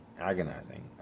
agonizing